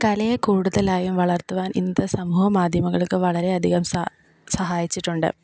കലയെ കൂടുതലായും വളർത്തുവാൻ ഇന്നത്തെ സമൂഹ മാധ്യമങ്ങൾക്ക് വളരേയധികം സഹായിച്ചിട്ടുണ്ട്